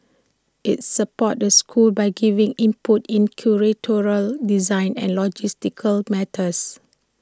IT supports the schools by giving input in curatorial design and logistical matters